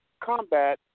combat